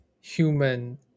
human